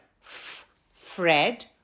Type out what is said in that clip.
Fred